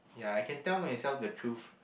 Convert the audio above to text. ya I can tell myself the truth